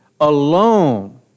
alone